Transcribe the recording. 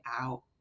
out